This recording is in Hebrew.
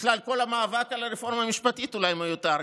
בכלל, כל המאבק על הרפורמה המשפטית אולי מיותר.